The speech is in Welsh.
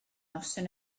noson